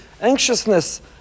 anxiousness